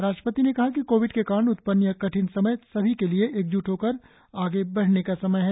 राष्ट्रपति ने कहा कि कोविड के कारण उत्पन्न यह कठिन समय सभी के लिए एकजुट होकर आगे बढ़ने का समय है